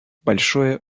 большое